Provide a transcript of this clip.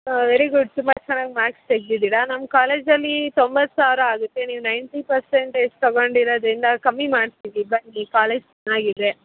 ಹಾಂ very good ತುಂಬ ಚೆನ್ನಾಗಿ ಮಾರ್ಕ್ಸ್ ತೆಗ್ದಿದ್ದೀರ ನಮ್ಮ ಕಾಲೇಜಲ್ಲಿ ತೊಂಬತ್ತು ಸಾವಿರ ಆಗುತ್ತೆ ನೀವು ನೈನ್ಟಿ ಪರ್ಸೆಂಟೇಜ್ ತೊಗೊಂಡಿರೋದರಿಂದ ಕಮ್ಮಿ ಮಾಡಿಸ್ತೀವಿ ಬನ್ನಿ ಕಾಲೇಜ್ ಚೆನ್ನಾಗಿದೆ